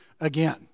again